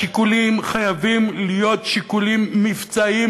השיקולים חייבים להיות שיקולים מבצעיים,